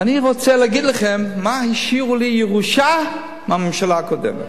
ואני רוצה להגיד לכם מה השאירו לי בירושה מהממשלה הקודמת.